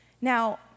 Now